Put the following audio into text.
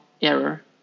error